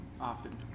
Often